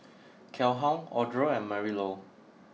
Calhoun Audra and Marylou